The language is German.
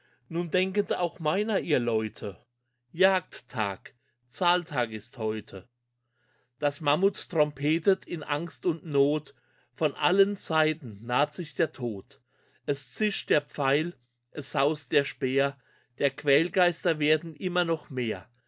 nun denket auch meiner ihr leute jagdtag zahltag ist heute das mammut trompetet in angst und not von allen seiten naht sich der tod es zischt der pfeil es saust der speer der quälgeister werden immer noch mehr